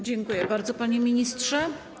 Dziękuję bardzo, panie ministrze.